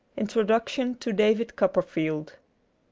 introduction to david copperfield.